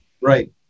Right